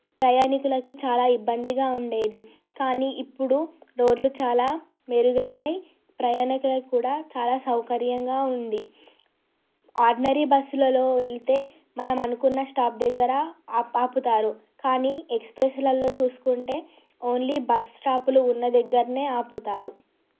ప్రయాణికులకి చాలా ఇబ్బందిగా ఉండేది కానీ ఇప్పుడు రోడ్లు చాలా మెరుగైనాయి ప్రయాణికులకు కూడా చాలా సౌకర్యంగా ఉంది ఆర్డినరీ బస్సులలో వెళ్తే మనం అనుకున్న స్టాప్ దగ్గర ఆప్ ఆపుతారు కానీ ఎక్స్ప్రెస్లలో చూసుకుంటే ఓన్లీ బస్స్టాప్లు ఉన్న దగ్గరనే ఆపుతారు